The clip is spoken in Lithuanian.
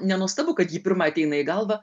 nenuostabu kad ji pirma ateina į galvą